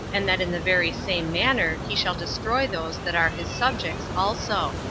and that in the very same manner he shall destroy those that are his subjects also.